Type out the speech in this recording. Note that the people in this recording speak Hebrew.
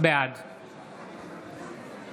בעד